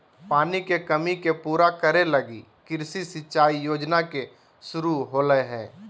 पानी के कमी के पूरा करे लगी कृषि सिंचाई योजना के शुरू होलय हइ